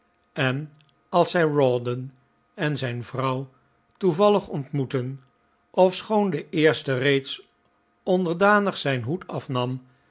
en als zij rawdon en zijn vrouw toevallig ontmoetten ofschoon de eerste steeds onderdanig zijn hoed afnam